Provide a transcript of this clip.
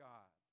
God